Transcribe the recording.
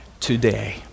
Today